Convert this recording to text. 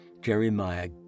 Jeremiah